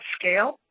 scale